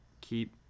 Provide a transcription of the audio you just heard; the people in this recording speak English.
keep